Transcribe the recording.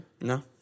No